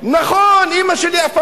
נתנו לך להתחפש לשוטר כשהיית ילד?